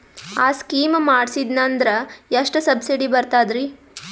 ಆ ಸ್ಕೀಮ ಮಾಡ್ಸೀದ್ನಂದರ ಎಷ್ಟ ಸಬ್ಸಿಡಿ ಬರ್ತಾದ್ರೀ?